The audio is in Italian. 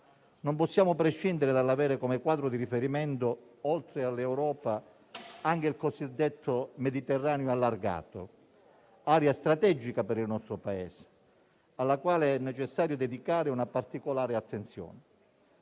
Non possiamo prescindere dall'avere come quadro di riferimento, oltre all'Europa, anche il cosiddetto Mediterraneo allargato, area strategica per il nostro Paese, alla quale è necessario dedicare una particolare attenzione.